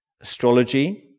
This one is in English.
Astrology